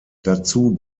dazu